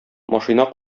машина